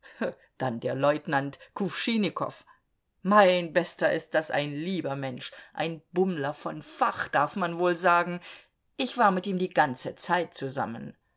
dann der leutnant kuwschinnikow mein bester ist das ein lieber mensch ein bummler von fach darf man wohl sagen ich war mit ihm die ganze zeit zusammen